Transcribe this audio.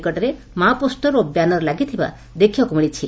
ନିକଟରେ Mao poster ଓ banner ଲାଗିଥିବା ଦେଖିବାକୁ ମିଳିଛି